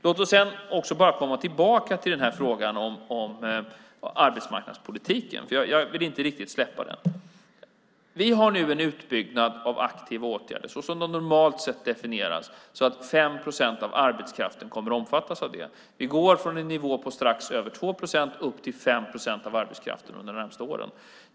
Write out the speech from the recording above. Låt oss sedan komma tillbaka till frågan om arbetsmarknadspolitiken. Jag vill inte riktigt släppa den. Vi har nu en utbyggnad av aktiva åtgärder såsom de normalt definieras så att 5 procent av arbetskraften kommer att omfattas av det. Vi går från en nivå på strax över 2 procent upp till 5 procent av arbetskraften under de närmaste åren.